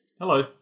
hello